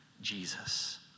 Jesus